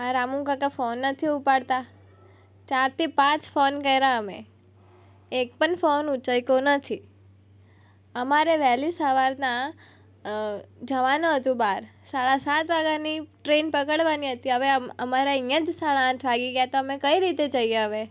આ રામુકાકા ફોન નથી ઉપાડતા ચારથી પાંચ ફોન કર્યા અમે એક પણ ફોન ઉચક્યો નથી અમારે વહેલી સવારના જવાનું હતું બહાર સાડા સાત વાગ્યાની ટ્રેન પકડવાની હતી હવે અમારે અહીંયા જ સાડા આઠ વાગી ગયા તો અમે કઈ રીતે જઈએ હવે